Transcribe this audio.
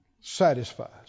satisfies